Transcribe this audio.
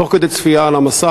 תוך כדי צפייה במסך,